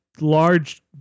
large